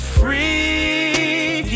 free